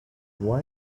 why